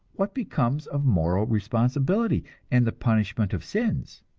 what becomes of moral responsibility and the punishment of sins?